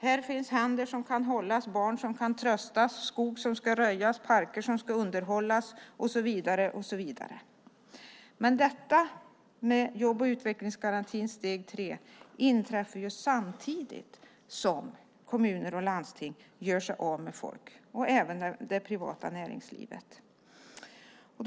Här finns händer som kan hållas, barn som kan tröstas, skog som kan röjas, parker som ska underhållas, och så vidare. Men jobb och utvecklingsgarantins steg tre inträffar samtidigt som kommuner och landsting och även det privata näringslivet gör sig av med folk.